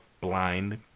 blind